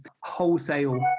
wholesale